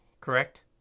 Correct